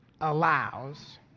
allows